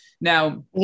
Now